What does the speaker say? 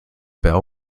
bell